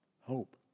Hope